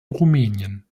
rumänien